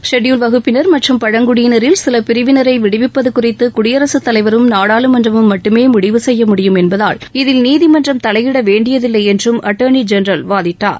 scheduled வகுப்பினர் மற்றும் பழங்குடியினரில் சில பிரிவினரை விடுவிப்பது குறித்து குடியரசுத் தலைவரும் நாடாளுமன்றமும் மட்டுமே முடிவு செய்ய முடியும் என்பதால் இதில் நீதிமன்றம் தலையிட வேண்டியதில்லை என்றும் அட்டர்னி ஜெனரல் வாதிட்டார்